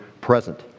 present